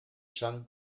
jean